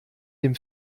dem